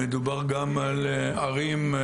מדובר גם על ערים.